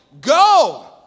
go